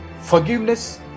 forgiveness